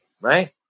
Right